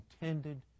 intended